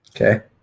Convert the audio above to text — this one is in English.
Okay